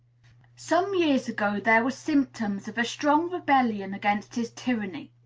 some years ago there were symptoms of a strong rebellion against his tyranny.